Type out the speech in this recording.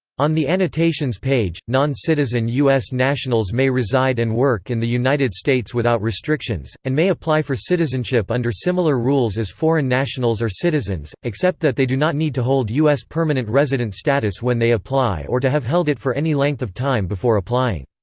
on the annotations page non-citizen u s. nationals may reside and work in the united states without restrictions, and may apply for citizenship under similar rules as foreign nationals or citizens, except that they do not need to hold u s. permanent resident status when they apply or to have held it for any length of time before applying.